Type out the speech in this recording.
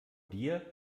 dir